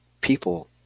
people